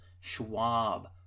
Schwab